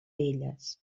elles